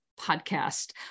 podcast